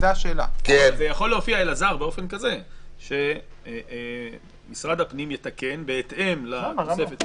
זה יכול להופיע באופן כזה שמשרד הפנים יתקן בהתאם לתוספת --- למה?